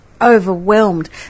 overwhelmed